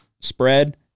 Spread